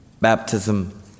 baptism